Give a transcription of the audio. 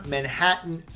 Manhattan